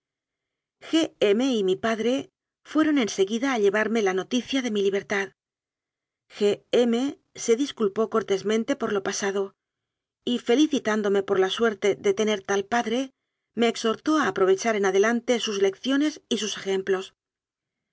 mi padre fueron en seguida a lle varme la noticia de mi libertad g m se dis culpó cortésmente por lo pasado y felicitándome por la suerte de tener tal padre me exhortó a aprovechar en adelante sus lecciones y sus